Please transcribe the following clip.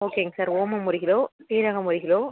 ஓகேங்க சார் ஓமம் ஒரு கிலோ சீரகம் ஒரு கிலோ